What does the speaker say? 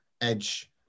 Edge